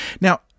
Now